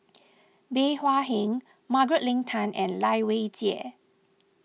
Bey Hua Heng Margaret Leng Tan and Lai Weijie